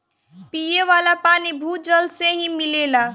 पिये वाला पानी भूजल से ही मिलेला